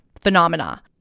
phenomena